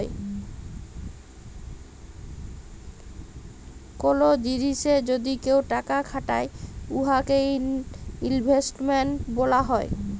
call জিলিসে যদি কেউ টাকা খাটায় উয়াকে ইলভেস্টমেল্ট ব্যলা হ্যয়